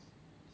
uh